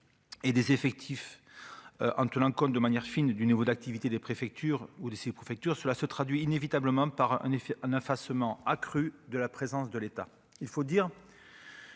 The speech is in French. et des effectifs en tenant compte de manière fine du niveau d'activité des préfectures ou essayer, préfecture, cela se traduit inévitablement par un effet à neuf assommant accrue de la présence de l'État,